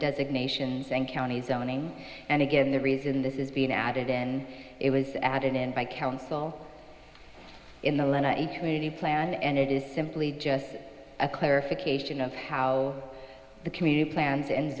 designations and county zoning and again the reason this is being added and it was added in by council in the a community plan and it is simply just a clarification of how the community plans and